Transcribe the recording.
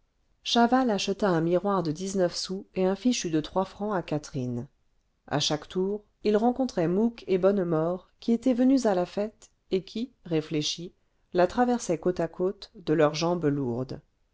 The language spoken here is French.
chaval acheta un miroir de dix-neuf sous et un fichu de trois francs à catherine a chaque tour ils rencontraient mouque et bonnemort qui étaient venus à la fête et qui réfléchis la traversaient côte à côte de leurs jambes lourdes